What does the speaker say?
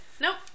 Nope